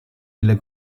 delle